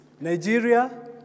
Nigeria